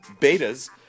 Betas